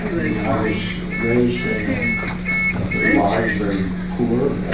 ah you know i was raised in a large, very poor